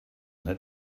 let